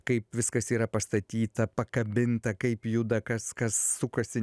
kaip viskas yra pastatyta pakabinta kaip juda kas kas sukasi